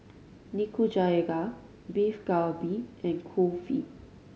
Nikujaga Beef Galbi and Kulfi